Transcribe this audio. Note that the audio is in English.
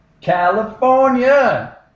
California